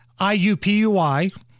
IUPUI